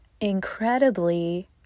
incredibly